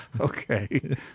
okay